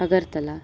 Agartala